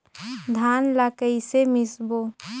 धान ला कइसे मिसबो?